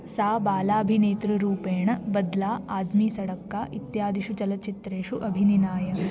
सा बालाभिनेतृरूपेण बद्ला आद्मी सडक्का इत्यादिषु चलचित्रेषु अभिनिनाय